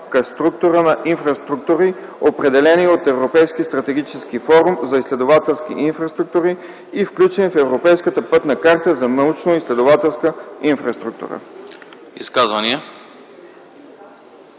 структура на инфраструктури, определени от европейски стратегически кворум за изследователски инфраструктури и включени в Европейската пътна карта за научноизследователска инфраструктура.”